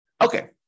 Okay